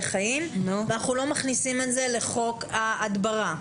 חיים ואנחנו לא מכניסים את זה לחוק ההדברה.